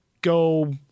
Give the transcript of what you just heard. go